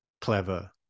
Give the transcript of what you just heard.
clever